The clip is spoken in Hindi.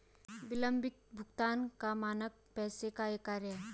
विलम्बित भुगतान का मानक पैसे का एक कार्य है